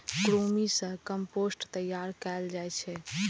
कृमि सं कंपोस्ट तैयार कैल जाइ छै